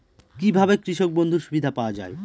কি ভাবে কৃষক বন্ধুর সুবিধা পাওয়া য়ায়?